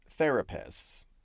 therapists